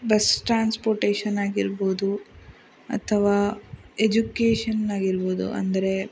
bus transportation ಆಗಿರ್ಬೋದು ಅಥವಾ education ಆಗಿರ್ಬಹುದು ಅಂದರೆ